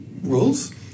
rules